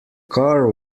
car